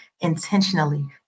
intentionally